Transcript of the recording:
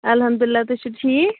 المحدُ للہِ تُہۍ چھِِو ٹھیٖک